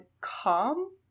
calm